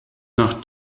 nach